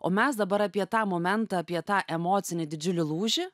o mes dabar apie tą momentą apie tą emocinį didžiulį lūžį